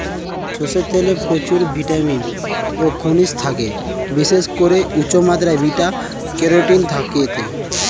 সরষের তেলে প্রচুর ভিটামিন ও খনিজ থাকে, বিশেষ করে উচ্চমাত্রার বিটা ক্যারোটিন থাকে এতে